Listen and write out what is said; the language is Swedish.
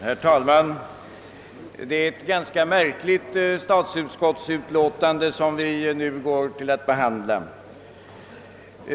Herr talman! Det är ett ganska märkligt statsutskottsutlåtande som vi nu skall behandla.